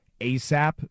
ASAP